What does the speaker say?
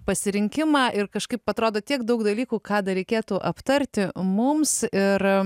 pasirinkimą ir kažkaip atrodo tiek daug dalykų ką dar reikėtų aptarti mums ir